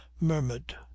murmured